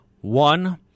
One